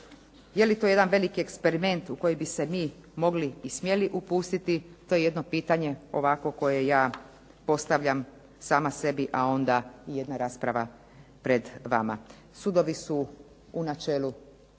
Je li to jedan veliki eksperiment u koji bi se mi mogli i smjeli upustiti to je jedno pitanje ovako koje ja postavljam sama sebi, a onda i jedna rasprava pred vama. Sudovi su u načelu protiv